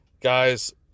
guys